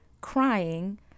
crying